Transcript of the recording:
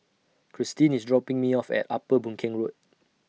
Kristyn IS dropping Me off At Upper Boon Keng Road